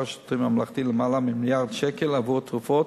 השירותים הממלכתי למעלה ממיליארד שקל עבור תרופות,